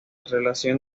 relación